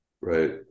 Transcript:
right